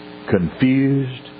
Confused